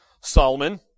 Solomon